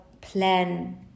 plan